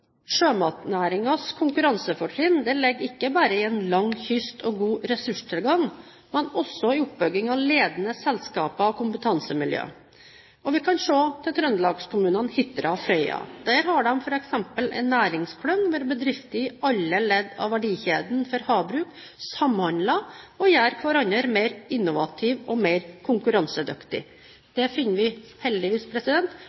konkurransefortrinn ligger ikke bare i en lang kyst og god ressurstilgang, men også i oppbyggingen av ledende selskaper og kompetansemiljø. Vi kan se til Trøndelag-kommunene Hitra og Frøya. Der har de f.eks. en næringsklynge hvor bedrifter i alle ledd av verdikjeden for havbruk samhandler og gjør hverandre mer innovative og mer